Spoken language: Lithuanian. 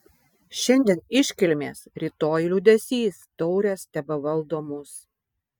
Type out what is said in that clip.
šiandien iškilmės rytoj liūdesys taurės tebevaldo mus